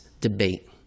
debate